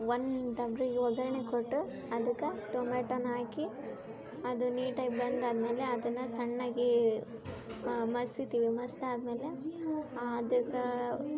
ಒಂದ್ ದಂಬ್ರಿಗೆ ಒಗ್ಗರಣೆ ಕೊಟ್ಟು ಅದ್ಕ ಟೊಮೆಟೋನ ಹಾಕಿ ಅದು ನೀಟಾಗಿ ಬೆಂದ ಆದ್ಮೇಲೆ ಅದನ್ನ ಸಣ್ಣಾಗಿ ಮಸಿತಿವಿ ಮಸ್ದ ಆದ್ಮೇಲೆ ಅದ್ಕಾ